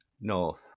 north